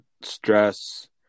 stress